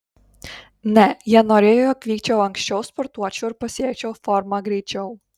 ne jie norėjo jog vykčiau anksčiau sportuočiau ir pasiekčiau formą greičiau